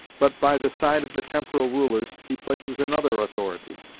but, by the side of the temporal rulers, he places another authority,